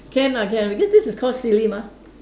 can lah can because this is called silly mah